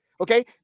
okay